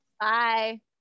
Bye